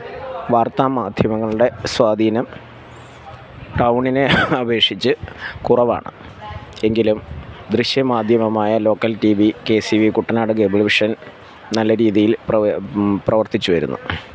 വാര്ത്താ മാധ്യമങ്ങളുടെ സ്വാധീനം ടൗണിനെ അപേക്ഷിച്ച് കുറവാണ് എങ്കിലും ദൃശ്യമാധ്യമമായ local T V K C V Kuttanad cable vision നല്ല രീതിയില് പ്രവേ പ്രവര്ത്തിച്ചുവരുന്നു